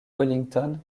wellington